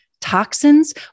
toxins